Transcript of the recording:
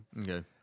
Okay